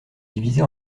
divisée